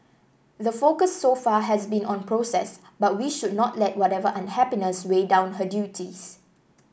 the focus so far has been on process but we should not let whatever unhappiness weigh down her duties